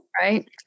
Right